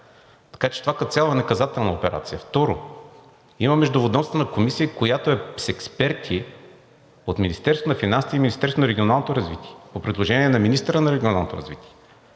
Така че това като цяло е наказателна операция. Второ, има междуведомствена комисия, която е с експерти от Министерство на финансите и Министерство на регионалното развитие, по предложение на министъра на Регионалното развитие,